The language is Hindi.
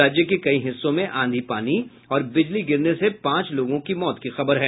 राज्य के कई हिस्सों में आंधी पानी और बिजली गिरने से पांच लोगों के मौत की खबर है